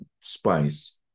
spice